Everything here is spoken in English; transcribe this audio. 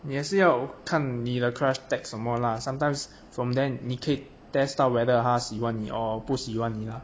你还是要看你的 crush text 什么 lah sometimes from then 你可以 test 到 whether 她喜欢你 or 不喜欢你啦